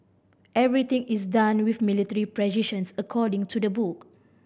everything is done with military precisions according to the book